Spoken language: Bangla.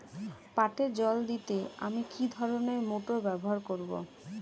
পাটে জল দিতে আমি কি ধরনের মোটর ব্যবহার করব?